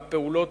מהפעולות,